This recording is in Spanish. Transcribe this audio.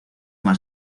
más